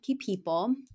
people